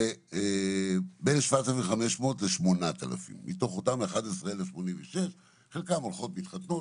זה בין 7,500 ל-8,000 מתוך אותן 11,086. חלקן הולכות מתחתנות,